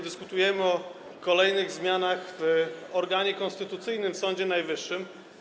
Dyskutujemy o kolejnych zmianach w organie konstytucyjnym, w Sądzie Najwyższym.